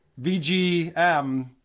VGM